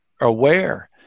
Aware